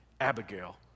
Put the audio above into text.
Abigail